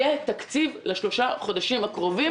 יהיה תקציב לשלושת החודשים הקרובים.